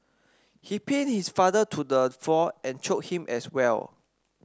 he pinned his father to the floor and choked him as well